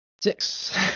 Six